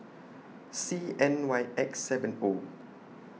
C N Y X seven O